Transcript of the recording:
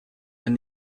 when